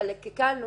חלק הקלנו,